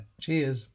cheers